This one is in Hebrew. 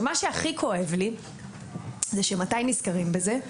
מה שהכי כואב לי זה שמתי נזכרים בזה?